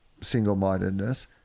single-mindedness